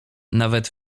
nawet